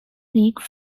league